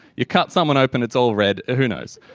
you cut someone open, it's all red, who knows.